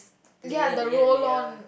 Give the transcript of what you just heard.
ya the roll on